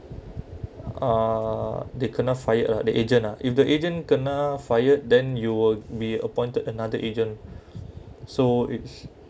uh they cannot fire uh the agent ah if the agent kena fired then you will be appointed another agent so it's